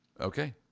Okay